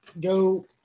go